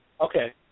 Okay